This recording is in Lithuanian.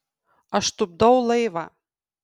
aš tupdau laivą